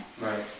Right